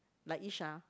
like Issha